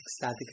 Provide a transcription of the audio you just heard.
ecstatic